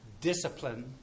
discipline